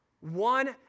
one